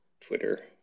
Twitter